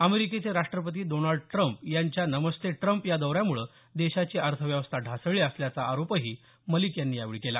अमेरिकेचे राष्ट्रपती Donald Trump यांच्या नमस्ते ट्रंप या दौऱ्यामुळे देशाची अर्थव्यवस्था ढासळली असल्याचा आरोपही मलिक यांनी यावेळी केला